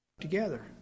together